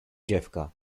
dziewka